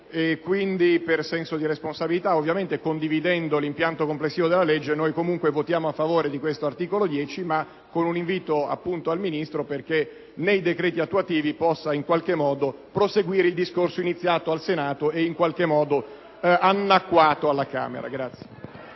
Quindi, per senso di responsabilità, ovviamente, condividendo l'impianto complessivo della legge, noi comunque votiamo a favore di questo articolo 10, ma con un invito al Ministro perché nei decreti attuativi possa, in qualche modo, proseguire il discorso iniziato al Senato e, in qualche modo, annacquato alla Camera.